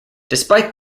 despite